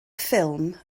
ffilm